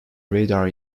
radar